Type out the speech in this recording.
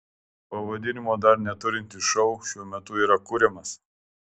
pavadinimo dar neturintis šou šiuo metu yra kuriamas